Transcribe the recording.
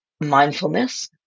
mindfulness